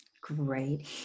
Great